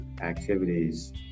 activities